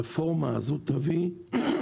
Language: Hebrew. הרפורמה הזאת תוביל לכך